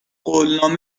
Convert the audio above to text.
قولنامه